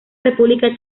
república